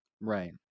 Right